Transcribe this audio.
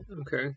Okay